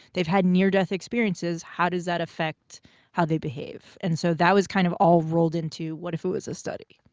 they've had near-death experiences, how does that affect how they behave? and so, that was kind of all rolled into, what if it was a study?